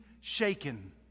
shaken